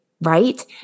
right